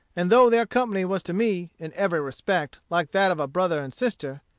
and though their company was to me, in every respect, like that of a brother and sister,